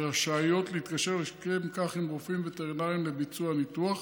והן רשאיות להתקשר לשם כך עם רופאים וטרינרים לביצוע הניתוח.